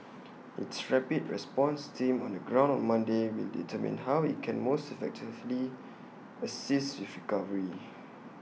its rapid response team on the ground on Monday will determine how IT can most effectively assist with recovery